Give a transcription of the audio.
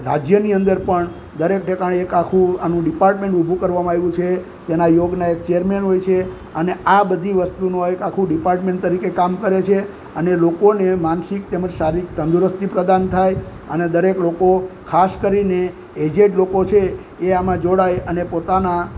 રાજ્યની અંદર પ દરેક પ્રકારે એક આખું આનું ડીપાર્ટમેન્ટ ઊભું કરવામાં આવ્યું છે તેના યોગના ચેરમેન હોય છે અને આ બધી વસ્તુનું એક આખું ડીપાર્ટમેન્ટ તરીકે કામ કરે છે અને લોકોને માનસિક તેમજ શારીરિક તંદુરસ્તી પ્રદાન થાય અને દરેક લોકો ખાસ કરીને એજેડ લોકો છે એ આમાં જોડાય અને પોતાના